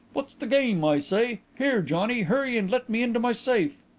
what's the game, i say? here, johnny, hurry and let me into my safe.